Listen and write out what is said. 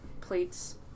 plates